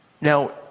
now